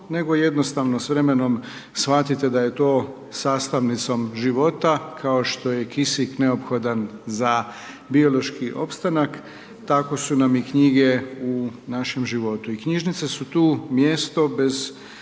nego jednostavno s vremenom shvatite da je to sastavnicom života, kao što je kisik neophodan za biološki opstanak, tako su nam i knjige u našem životu. I knjižnice su tu mjesto bez